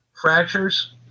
fractures